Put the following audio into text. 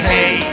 Hey